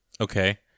Okay